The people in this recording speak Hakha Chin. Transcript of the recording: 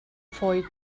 fawi